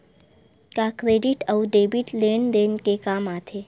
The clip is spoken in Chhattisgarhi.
का क्रेडिट अउ डेबिट लेन देन के काम आथे?